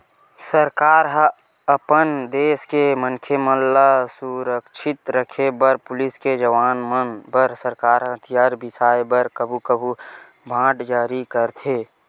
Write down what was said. सरकार ह अपन देस के मनखे मन ल सुरक्छित रखे बर पुलिस के जवान मन बर सरकार ह हथियार बिसाय बर कभू कभू बांड जारी करथे